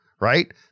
right